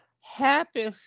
happy